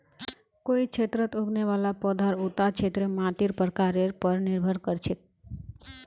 कोई क्षेत्रत उगने वाला पौधार उता क्षेत्रेर मातीर प्रकारेर पर निर्भर कर छेक